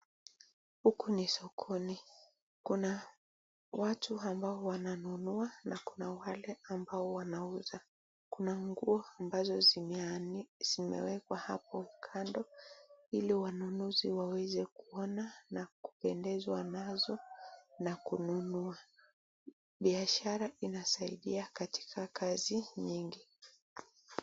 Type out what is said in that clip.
Huku ni sokoni. Kuna watu ambao wananunua na kuna wale wanauza, kuna nguo ambao zimewekwa hapo kando ili wanunuzi waweze kuona na kupendezwa nazo na kununua. Biashara inasaidia katika kazi nyingi.